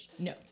No